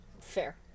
Fair